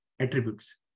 attributes